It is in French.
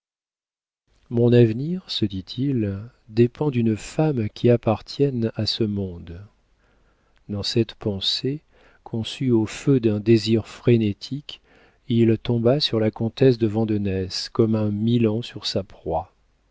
mon avenir se dit-il dépend d'une femme qui appartienne à ce monde dans cette pensée conçue au feu d'un désir frénétique il tomba sur la comtesse de vandenesse comme un milan sur sa proie